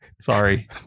sorry